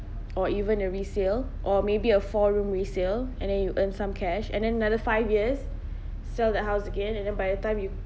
or even a resale or maybe a four room resale and then you earn some cash and then another five years sell the house again and then by the time you